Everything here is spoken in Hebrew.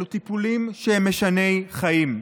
אלו טיפולים שהם משני חיים.